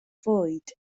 fwyd